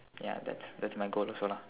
ya that's that's my goal also lah